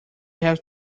have